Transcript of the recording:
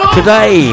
Today